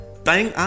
Bang